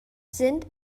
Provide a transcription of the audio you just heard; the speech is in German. sind